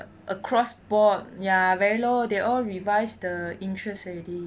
across board ya very low they all revise the interest already